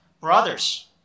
Brothers